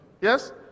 Yes